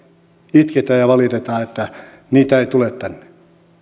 itketään ja valitetaan että niitä ei tule tänne